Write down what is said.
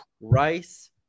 rice